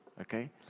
okay